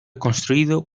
construido